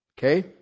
Okay